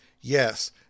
Yes